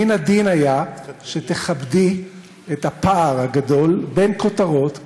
מן הדין היה שתכבדי את הפער הגדול בין כותרות,